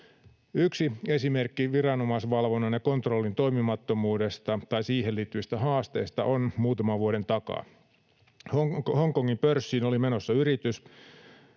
Yksi esimerkki viranomaisvalvonnan ja kontrollin toimimattomuudesta tai siihen liittyvistä haasteista on muutaman vuoden takaa. Hongkongin pörssiin oli menossa yritys